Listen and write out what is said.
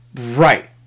Right